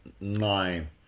nine